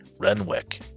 Renwick